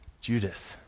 Judas